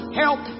help